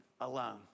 alone